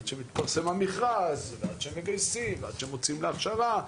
עד שמתפרסם המכרז ועד שמגייסים ועד שמוציאים להכשרה,